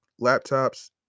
laptops